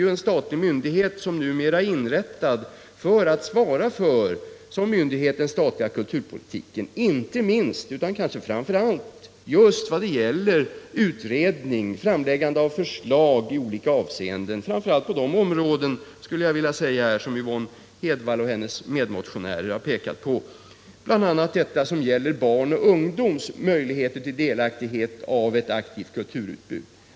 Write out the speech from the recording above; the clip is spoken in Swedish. Kulturrådet är ju en myndighet som är inrättad för att svara för den statliga kulturpolitiken framför allt vad Nr 33 gäller att göra utredningar och lägga fram förslag i olika avseenden, inte Onsdagen den minst på de områden som Yvonne Hedvall och hennes medmotionärer 23 november 1977 har pekat på. Bl. a. gäller det barns och ungdomars möjligheter till delaktighet i ett aktivt kulturutbud.